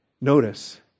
notice